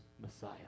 Messiah